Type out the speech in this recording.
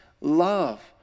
love